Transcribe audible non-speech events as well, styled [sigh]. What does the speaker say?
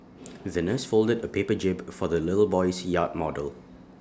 [noise] the nurse folded A paper jib for the little boy's yacht model